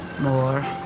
more